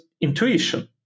intuition